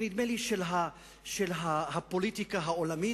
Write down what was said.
ונדמה לי של הפוליטיקה העולמית